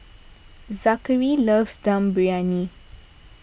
Zackary loves Dum Briyani